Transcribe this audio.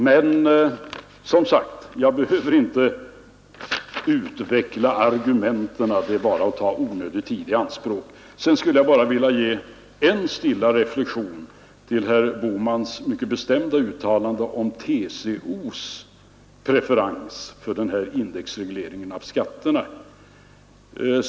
Men som sagt: Jag behöver inte utveckla argumenten — det är att ta onödig tid i anspråk. Sedan skulle jag bara vilja göra en stilla reflexion i anslutning till herr Bohmans mycket bestämda uttalande om TCO:s preferens för den här indexregleringen av skatterna.